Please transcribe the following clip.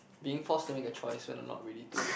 being forced to make a choice when I'm not ready to